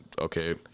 okay